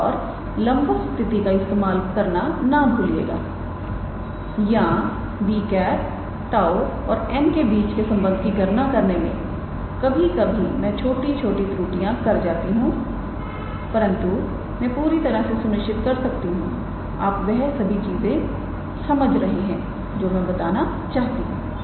और लंबवत स्थिति का इस्तेमाल करना ना भूलिएगा या 𝑏̂ 𝜁और 𝑛̂ के बीच के संबंध की गणना करने में कभी कभी मैं छोटी छोटी त्रुटियों कर जाता हूं परंतु मैं पूरी तरह से सुनिश्चित कर सकता हूं आप वह सभी समझ रहे हैं जो मैं बताना चाहता हूं